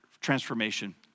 transformation